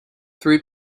three